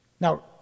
Now